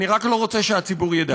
אני רק לא רוצה שהציבור ידע.